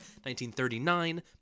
1939